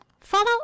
follow